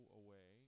away